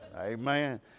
Amen